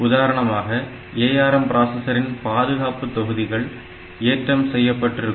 உதாரணமாக ARM ப்ராசசரின் பாதுகாப்பு தொகுதிகள் ஏற்றம் செய்யப்பட்டிருக்கும்